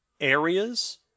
areas